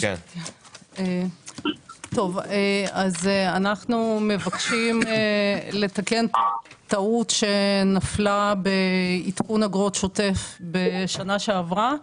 אז אנחנו מבקשים לתקן טעות שנפלה בעדכון אגרות שוטף בשנה שעברה,